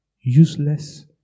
Useless